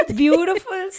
beautiful